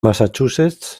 massachusetts